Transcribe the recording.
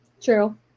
True